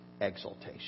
exaltation